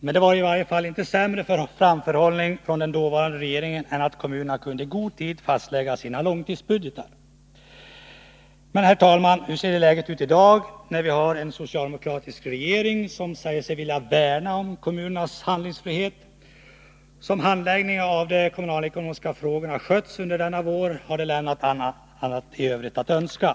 Men det var i alla fall inte Nr 164 sämre framförhållning från den dåvarande regeringen än att kommunerna Torsdagen den kunde i god tid fastlägga sina långtidsbudgetar. 2 juni 1983 Men, herr talman, hur ser läget ut i dag när vi har en socialdemokratisk regering som säger sig vilja värna om kommunernas handlingsfrihet? Som — Kommunalekono handläggningen av de kommunalekonomiska frågorna har skötts under — miska frågor, denna vår har den lämnat mycket övrigt att önska.